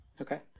Okay